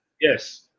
Yes